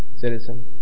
citizen